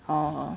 oh